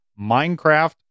Minecraft